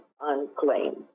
unclaimed